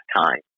time